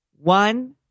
One